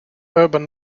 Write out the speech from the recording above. urban